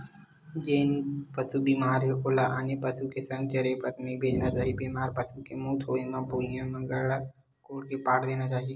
जेन पसु बेमार हे ओला आने पसु के संघ चरे बर नइ भेजना चाही, बेमार पसु के मउत होय म भुइँया म गड्ढ़ा कोड़ के पाट देना चाही